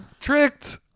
tricked